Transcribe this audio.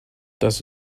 does